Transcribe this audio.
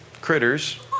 critters